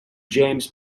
james